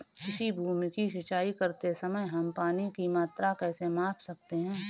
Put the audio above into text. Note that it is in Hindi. किसी भूमि की सिंचाई करते समय हम पानी की मात्रा कैसे माप सकते हैं?